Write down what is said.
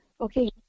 Okay